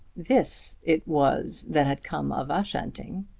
this it was that had come of ushanting.